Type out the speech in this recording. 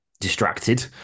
distracted